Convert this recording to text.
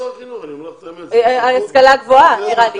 עד עכשיו.